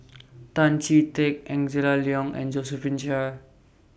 Tan Chee Teck Angela Liong and Josephine Chia